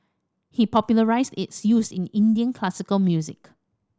he popularised its use in Indian classical music